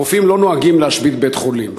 רופאים לא נוהגים להשבית בית-חולים,